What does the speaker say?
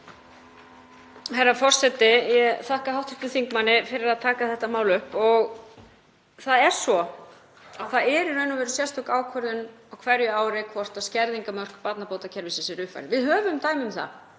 Herra forseti. Ég þakka hv. þingmanni fyrir að taka þetta mál upp. Það er í raun og veru sérstök ákvörðun á hverju ári hvort skerðingarmörk barnabótakerfisins séu uppfærð. Við höfum dæmi um það